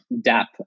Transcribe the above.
dap